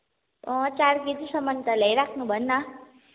अँ चार केजीसम्मन् त ल्याइराख्नु भन् न